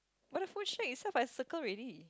but the food shack itself I circle already